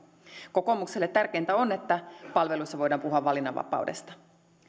kokoomukselle tärkeintä on että palveluissa voidaan puhua valinnanvapaudesta